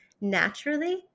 naturally